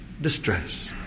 distress